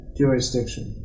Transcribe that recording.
jurisdiction